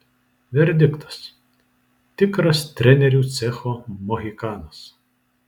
verdiktas tikras trenerių cecho mohikanas